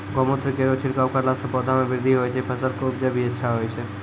गौमूत्र केरो छिड़काव करला से पौधा मे बृद्धि होय छै फसल के उपजे भी अच्छा होय छै?